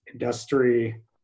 industry